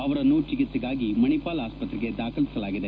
ಅವರನ್ನು ಚಿಕಿತ್ಸೆಗಾಗಿ ಮಣಿಪಾಲ್ ಆಸ್ಪತ್ರೆಗೆ ದಾಖಲಿಸಲಾಗಿದೆ